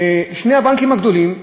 שני הבנקים הגדולים,